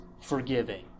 forgiving